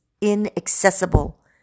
inaccessible